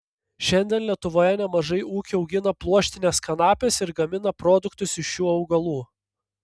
šiandien lietuvoje nemažai ūkių augina pluoštines kanapes ir gamina produktus iš šių augalų